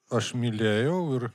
aš mylėjau ir